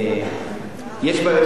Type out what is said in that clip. יש בעיות קליטה ביהודה ושומרון.